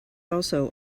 also